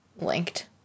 linked